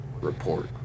report